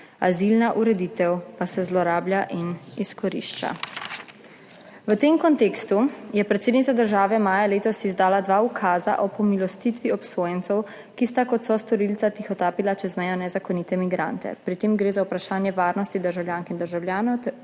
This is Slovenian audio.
azilna ureditev pa se zlorablja in izkorišča. V tem kontekstu je predsednica države maja letos izdala dva ukaza o pomilostitvi obsojencev, ki sta kot sostorilca tihotapila čez mejo nezakonite migrante. Pri tem gre za vprašanje varnosti državljank in državljanov